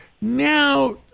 Now